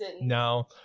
No